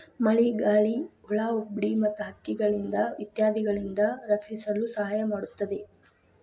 ಮಳಿಗಾಳಿ, ಹುಳಾಹುಪ್ಡಿ ಮತ್ತ ಹಕ್ಕಿಗಳಿಂದ ಇತ್ಯಾದಿಗಳಿಂದ ರಕ್ಷಿಸಲು ಸಹಾಯ ಮಾಡುತ್ತದೆ